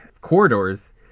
corridors